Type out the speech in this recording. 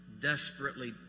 desperately